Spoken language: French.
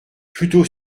plutôt